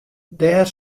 dêr